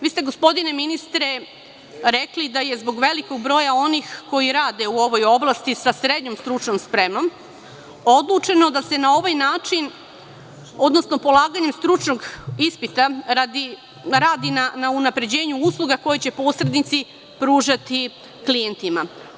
Vi ste, gospodine ministre, rekli da je zbog velikog broja onih koji rade u ovoj oblasti sa srednjom stručnom spremom odlučeno da se na ovaj način, odnosno polaganjem stručnog ispita, radi na unapređenju usluga koje će posrednici pružati klijentima.